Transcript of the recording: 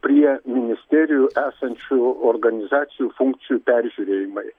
prie ministerijų esančių organizacijų funkcijų peržiūrėjimai